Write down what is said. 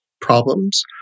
problems